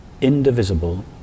indivisible